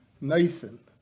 Nathan